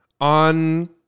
on